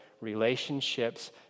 relationships